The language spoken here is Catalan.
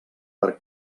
per